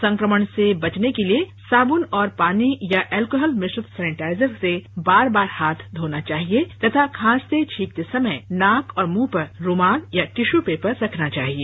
संक्रमण से बचने के लिए साबुन और पानीया एल्कोहल मिश्रित सैनिटाइजर से बार बार हाथ धोना चाहिए तथा खांसते छींकते समय नाक और मुंह पर रुमाल या टिशू पेपर रखना चाहिए